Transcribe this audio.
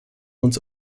uns